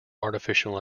artificial